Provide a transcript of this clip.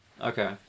Okay